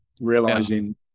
realizing